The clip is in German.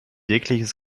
jegliches